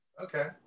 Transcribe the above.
Okay